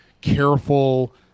careful